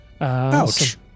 Ouch